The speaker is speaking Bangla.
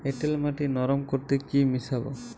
এঁটেল মাটি নরম করতে কি মিশাব?